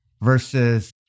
versus